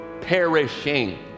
perishing